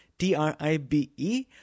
T-R-I-B-E